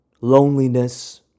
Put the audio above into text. loneliness